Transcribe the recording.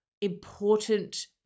important